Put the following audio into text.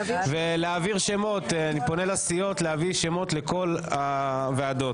ואני פונה לסיעות להביא שמות לכל הוועדות.